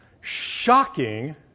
shocking